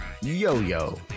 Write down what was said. Yo-Yo